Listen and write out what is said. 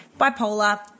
bipolar